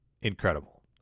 Incredible